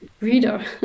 reader